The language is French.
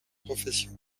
profession